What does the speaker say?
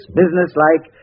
businesslike